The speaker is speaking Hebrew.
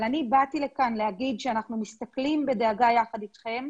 אני באתי לכאן להגיד שאנחנו מסתכלים בדאגה יחד אתכם.